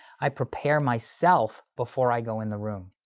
i prepare myself before i go in the room.